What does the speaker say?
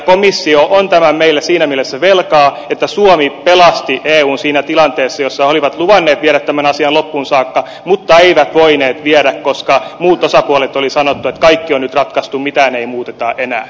komissio on tämän meille siinä mielessä velkaa että suomi pelasti eun siinä tilanteessa jossa he olivat luvanneet viedä tämän asian loppuun saakka mutta eivät voineet viedä koska muut osapuolet olivat sanoneet että kaikki on nyt ratkaistu mitään ei muuteta enää